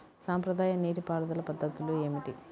సాంప్రదాయ నీటి పారుదల పద్ధతులు ఏమిటి?